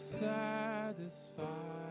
satisfied